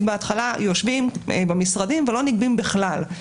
בהתחלה יושבים במשרדים ולא נגבים בכלל.